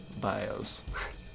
bios